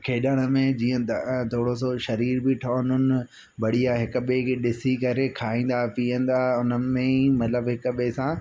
खेॾण में जीअं त थोरो सो शरीर बि ठवंदुनि बढ़िया हिक ॿिए खे ॾिसी करे खाईंदा पीअंदा उन्हनि में ई मतिलबु हिक ॿिए सां